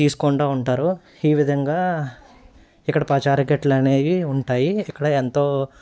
తీసుకుంటూ ఉంటారు ఈ విధంగా ఇక్కడ పచారీ కొట్లనేవి ఉంటాయి ఇక్కడ ఎంతో